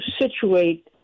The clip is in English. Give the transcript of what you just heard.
situate